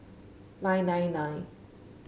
nine nine nine